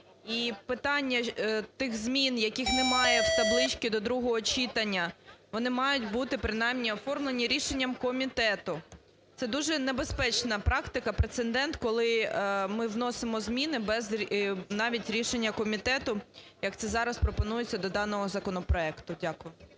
І питання тих змін, яких немає в таблиці до другого читання, вони мають бути принаймні оформлені рішенням комітету. Це дуже небезпечна практика – прецедент, коли ми вносимо зміни без… без навіть рішення комітету, як це зараз пропонується до даного законопроекту. Дякую.